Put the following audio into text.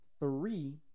three